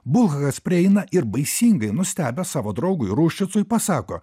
bulhakas prieina ir baisingai nustebęs savo draugui ruščicui pasako